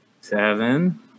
seven